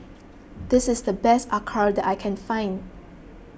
this is the best Acar that I can find